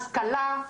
השכלה,